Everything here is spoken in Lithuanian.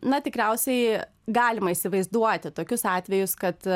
na tikriausiai galima įsivaizduoti tokius atvejus kad